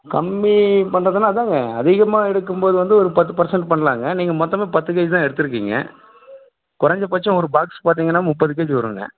கம்மி பண்ணுறதுனா அதான்ங்க அதிகமாக எடுக்கும்போது வந்து ஒரு பத்து பர்சன்ட் பண்ணலாங்க நீங்கள் மொத்தமே பத்து கேஜி தான் எடுத்துருக்கீங்க கொறைஞ்சபட்சம் ஒரு பாக்ஸ் பார்த்திங்கனா முப்பது கேஜி வரும்ங்க